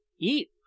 Eat